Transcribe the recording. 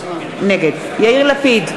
נגד יאיר לפיד,